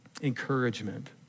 encouragement